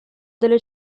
delle